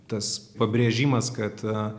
tas pabrėžimas kad